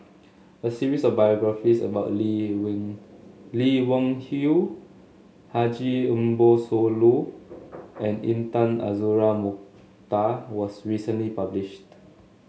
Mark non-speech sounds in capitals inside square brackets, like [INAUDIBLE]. a series of biographies about Lee [UNINTELLIGIBLE] Lee Wung Yew Haji Ambo Sooloh and Intan Azura Mokhtar was recently published